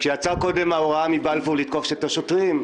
כשיצאה קודם ההוראה לתקוף את השוטרים,